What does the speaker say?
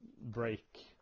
break